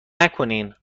نکنین